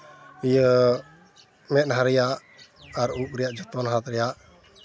ᱤᱭᱟᱹ ᱢᱮᱸᱫᱦᱟ ᱨᱮᱭᱟᱜ ᱟᱨ ᱩᱵ ᱨᱮᱭᱟᱜ ᱡᱚᱛᱱᱟᱜ ᱨᱮᱭᱟᱜ